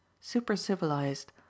super-civilized